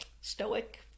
stoic